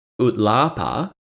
Utlapa